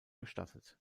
bestattet